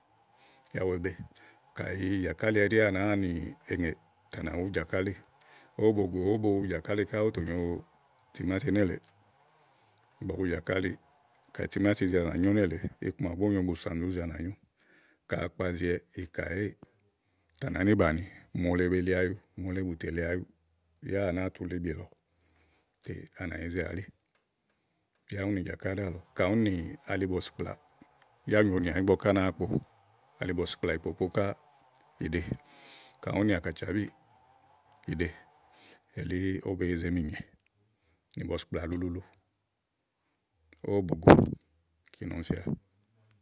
yá wèé be kayi jàkáli ɛɖi à nàáa nì èŋè te à nà wú jàkálì. ówò bògò ówo bu no wu jàkálì ówò tò nyòo timáti nélèeè ówó bo wu jàkálì kayi timátì zìiwɛ á nà nyó nélèe iku ma ɔwɔ bó nyòo bùsànduzè à nànyó ka akpa zìiwɛ, ìkà èéè à nàá ni bàni mòole be li ayu mòole bù tè li ayuù yá à nàáa tu li ìbì lɔ tè à nà yize à elí yá úni nì jàkálì ɖíàlɔ ka úni nì alibɔ̀sìkplà yá ù nyonìà ígbɔké à nàáa kpo alíbɔ̀sìkplà ìkpokpò ká ìɖe kayi úni nì ákàtiabíì ìɖe elí ówó be yize mìnyè nì bɔ̀sìkplàlulu ulu ówò bògò kíni ɔmi fíà.